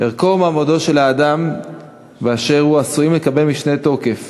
ערכו ומעמדו של האדם באשר הוא עשויים לקבל משנה תוקף